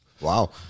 Wow